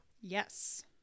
Yes